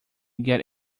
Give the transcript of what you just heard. get